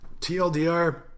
TLDR